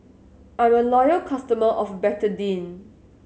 I'm a loyal customer of Betadine